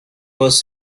was